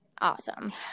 awesome